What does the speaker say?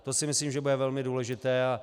To si myslím, že bude velmi důležité.